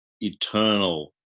eternal